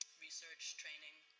research, training.